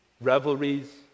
revelries